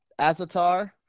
Azatar